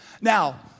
Now